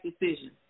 decision